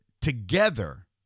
together